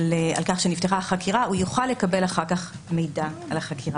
החוק הזה עוסק במידע מהמרשם הפלילי.